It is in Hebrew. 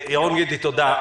ירון גינדי, תודה.